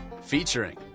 Featuring